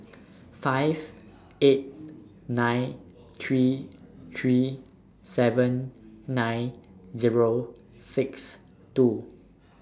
five eight nine three three seven nine Zero six two